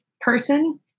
person